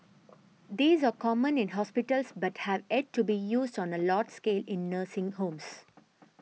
these are common in hospitals but have yet to be used on a large scale in nursing homes